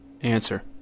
Answer